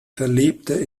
verlebte